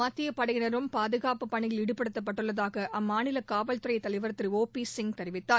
மத்திய படையினரும் பாதுகாப்புப் பணியில் ஈடுபடுத்தப்பட்டுள்ளதாக அம்மாநில காவல்துறை தலைவர் திரு ஓ பி சிங் தெரிவித்தார்